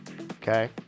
Okay